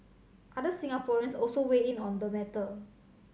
other Singaporeans also weigh in on the matter